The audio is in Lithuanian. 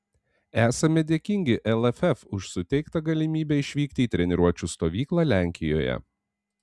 esame dėkingi lff už suteiktą galimybę išvykti į treniruočių stovyklą lenkijoje